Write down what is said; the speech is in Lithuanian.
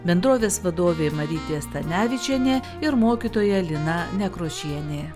bendrovės vadovė marytė stanevičienė ir mokytoja lina nekrošienė